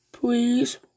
Please